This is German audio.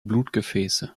blutgefäße